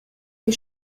les